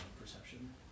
perception